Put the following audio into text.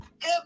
good